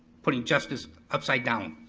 putting justice upside down.